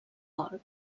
gol